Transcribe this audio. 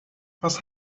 was